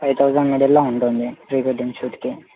five thousand మిడిల్లో ఉంటుంది pre wedding షూట్కి